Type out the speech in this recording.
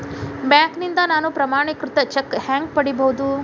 ಬ್ಯಾಂಕ್ನಿಂದ ನಾನು ಪ್ರಮಾಣೇಕೃತ ಚೆಕ್ ಹ್ಯಾಂಗ್ ಪಡಿಬಹುದು?